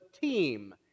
team